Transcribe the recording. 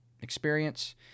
experience